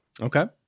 Okay